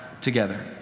together